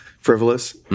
frivolous